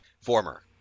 Former